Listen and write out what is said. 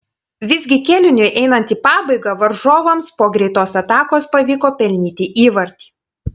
visgi kėliniui einant į pabaigą varžovams po greitos atakos pavyko pelnyti įvartį